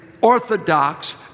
orthodox